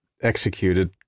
executed